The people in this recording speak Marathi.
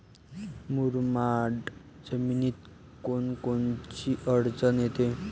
मुरमाड जमीनीत कोनकोनची अडचन येते?